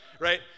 right